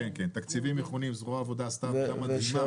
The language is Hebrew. תקציבים ייחודיים, זרוע העבודה עשתה עבודה מדהימה.